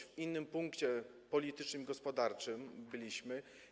W innym punkcie politycznym i gospodarczym byliśmy.